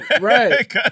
Right